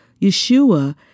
Yeshua